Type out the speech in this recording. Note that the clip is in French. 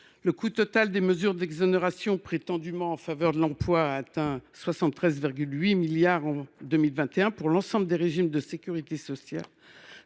Le coût total des mesures d’exonération prétendument en faveur de l’emploi a atteint 73,8 milliards d’euros en 2021 pour l’ensemble des régimes de sécurité sociale,